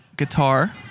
Guitar